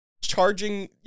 charging